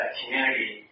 community